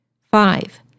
Five